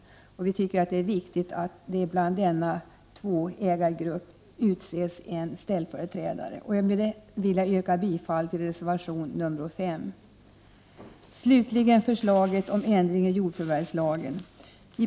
Vi tycker att det är viktigt att det för denna tvåägargrupp utses en ställföreträdare. Med detta vill jag yrka bifall till reservation nr 5. Slutligen kommer jag till förslaget om ändring i jordförvärvslagen.